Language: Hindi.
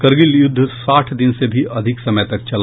करगिल युद्ध साठ दिन से भी अधिक समय तक चला